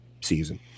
season